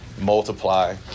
multiply